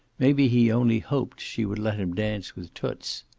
maybe he only hoped she would let him dance with toots.